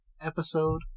episode